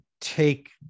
take